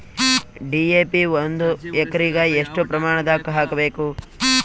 DAP ಒಂದು ಎಕರಿಗ ಎಷ್ಟ ಪ್ರಮಾಣದಾಗ ಹಾಕಬೇಕು?